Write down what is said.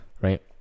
right